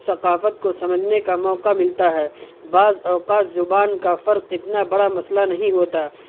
ثقافت کو سمجھنے کا موقع ملتا ہے بعض اوقات زبان کا فرق اتنا بڑا مسئلہ نہیں ہوتا